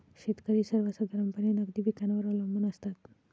शेतकरी सर्वसाधारणपणे नगदी पिकांवर अवलंबून असतात